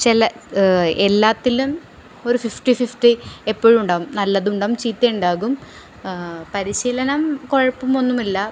ചില എല്ലാത്തിലും ഒരു ഫിഫ്റ്റി ഫിഫ്റ്റി എപ്പോഴും ഉണ്ടാവും നല്ലതുണ്ടാകും ചീത്തയുണ്ടാകും പരിശീലനം കുഴപ്പം ഒന്നുമില്ല